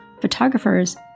photographers